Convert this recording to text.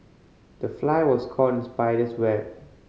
the fly was caught in spider's web